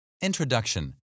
Introduction